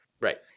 Right